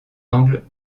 angle